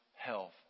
health